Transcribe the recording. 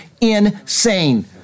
insane